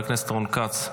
חבר הכנסת רון כץ,